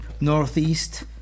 northeast